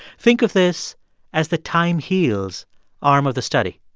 think of this as the time heals arm of the study.